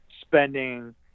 spending